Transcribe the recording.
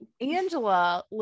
angela